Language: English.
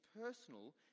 personal